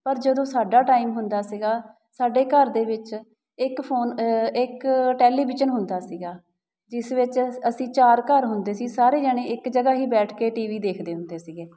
ਪਰ ਜਦੋਂ ਸਾਡਾ ਟਾਈਮ ਹੁੰਦਾ ਸੀਗਾ ਸਾਡੇ ਘਰ ਦੇ ਵਿੱਚ ਇੱਕ ਫੋਨ ਇੱਕ ਟੈਲੀਵਿਜ਼ਨ ਹੁੰਦਾ ਸੀਗਾ ਜਿਸ ਵਿੱਚ ਅਸੀਂ ਚਾਰ ਘਰ ਹੁੰਦੇ ਸੀ ਸਾਰੇ ਜਣੇ ਇੱਕ ਜਗ੍ਹਾ ਹੀ ਬੈਠ ਕੇ ਟੀ ਵੀ ਦੇਖਦੇ ਹੁੰਦੇ ਸੀਗੇ